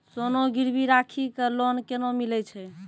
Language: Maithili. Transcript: सोना गिरवी राखी कऽ लोन केना मिलै छै?